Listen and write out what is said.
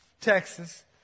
Texas